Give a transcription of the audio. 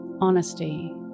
honesty